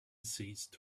ceased